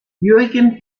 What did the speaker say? jürgen